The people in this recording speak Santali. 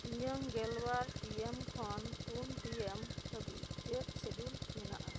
ᱤᱧᱟᱹᱜ ᱜᱮᱞ ᱵᱟᱨ ᱯᱤ ᱮᱢ ᱠᱷᱚᱱ ᱯᱩᱱ ᱯᱤ ᱮᱢ ᱦᱟᱹᱵᱤᱡ ᱪᱮᱫ ᱥᱤᱰᱩᱞ ᱢᱮᱱᱟᱜᱼᱟ